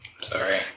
Sorry